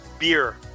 beer